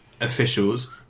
officials